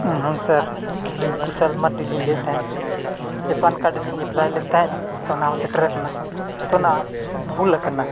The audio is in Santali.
ᱦᱮᱸ ᱟᱹᱞᱤᱧ ᱠᱩᱥᱚᱞ ᱢᱟᱨᱰᱤ ᱞᱤᱧ ᱞᱟᱹᱭᱮᱫ ᱛᱟᱦᱮᱱ ᱡᱮ ᱞᱤᱧ ᱞᱮᱫ ᱛᱟᱦᱮᱱ ᱛᱳ ᱚᱱᱟᱦᱚᱸ ᱥᱮᱴᱮᱨ ᱟᱠᱟᱱᱟ ᱛᱳ ᱚᱱᱟ ᱵᱷᱩᱞ ᱟᱠᱟᱱᱟ